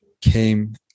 came